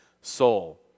soul